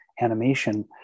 animation